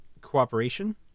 cooperation